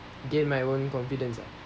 gain my own confidence lah